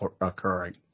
occurring